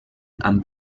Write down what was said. amb